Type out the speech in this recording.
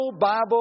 Bible